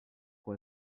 pour